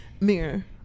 mirror